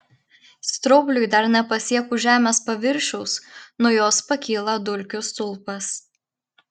straubliui dar nepasiekus žemės paviršiaus nuo jos pakyla dulkių stulpas